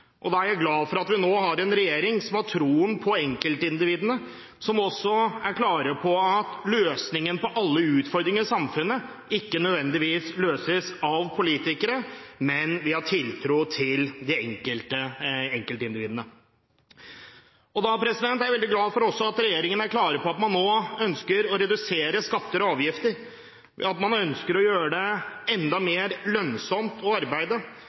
Da er jeg glad for at vi nå har en regjering som har troen på enkeltindividene, og som også er klare på at alle utfordringene i samfunnet ikke nødvendigvis løses av politikere, men ved å ha tiltro til enkeltindividene. Jeg er også veldig glad for at regjeringen er klar på at den nå ønsker å redusere skatter og avgifter, gjøre det enda mer lønnsomt å arbeide,